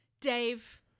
Dave